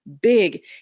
big